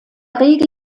regel